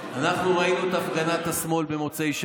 אנחנו ראינו את הפגנת השמאל במוצאי שבת.